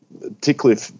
particularly